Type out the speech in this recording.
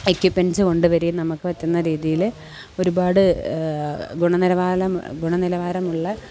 equipments ഉണ്ട് വരെ നമുക്ക് പറ്റുന്ന രീതിയിൽ ഒരുപാട് ഗുണനിലവാലം ഗുണനിലവാരം ഉള്ള